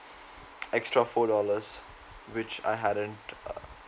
extra four dollars which I hadn't uh